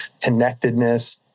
connectedness